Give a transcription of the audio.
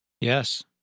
Yes